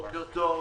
בוקר טוב.